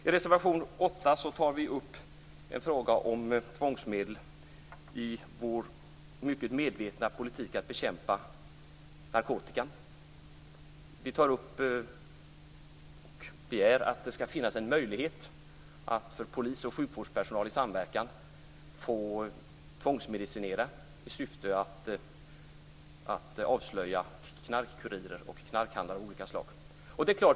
I reservation 8 tar vi upp frågan om tvångsmedel i vår mycket medvetna politik för att bekämpa narkotika. Vi begär att det skall finnas en möjlighet för polis och sjukvårdspersonal i samverkan att tvångsmedicinera i syfte att avslöja knarkkurirer och knarkhandlare av olika slag.